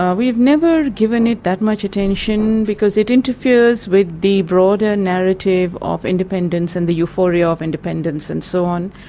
um we've never given it that much attention, because it interferes with the broader narrative of independence and the euphoria of independence and so on.